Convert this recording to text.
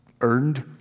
earned